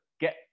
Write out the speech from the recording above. Get